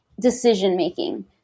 decision-making